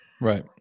Right